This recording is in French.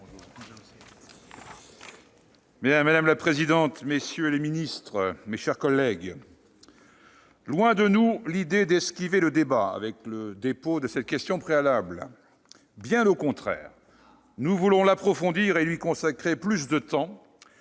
Madame la présidente, messieurs les ministres, mes chers collègues, loin de nous l'idée d'esquiver le débat avec le dépôt de cette question préalable. Ah ! Bien au contraire, nous voulons l'approfondir et lui consacrer plus de temps,